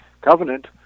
covenant